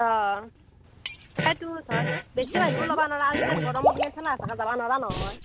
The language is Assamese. অঁ তাকেতো ধৰ বেছি মানুহো ল'ব নোৱাৰা ইমান গৰমত ইমান ঠেলা হেঁচাকে যাব নোৱাৰা নহয়